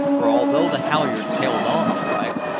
for, although the halyards held on all right,